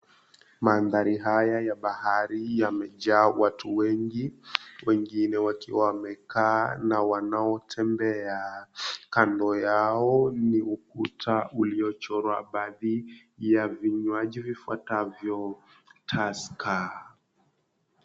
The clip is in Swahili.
Mandhari haya ya bahari yamejaa watu wengi, wengine wakiwa wamekaa na wanaotembea. Kando yao ni ukuta uliochorwa baadhi ya vinywaji vifuatavyo, Tusker.